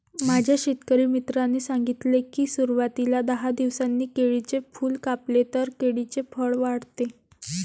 माझ्या शेतकरी मित्राने सांगितले की, सुरवातीला दहा दिवसांनी केळीचे फूल कापले तर केळीचे फळ वाढते